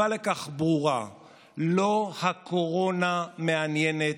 כי הליכוד לא מעוניין,